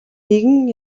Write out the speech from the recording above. нэгэн